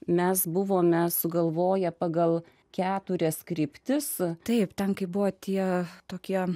mes buvome sugalvoję pagal keturias kryptis taip tankai buvo tie tokie